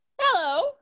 Hello